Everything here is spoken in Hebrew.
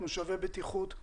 מושבי בטיחות,